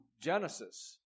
Genesis